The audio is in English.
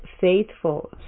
faithful